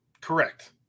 Correct